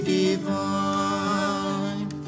divine